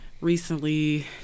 recently